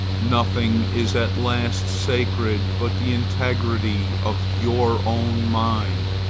nothing is at last sacred but the integrity of your own mind.